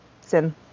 Sin